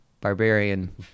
Barbarian